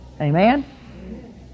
Amen